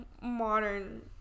modern